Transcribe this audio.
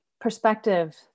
perspective